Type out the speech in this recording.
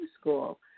school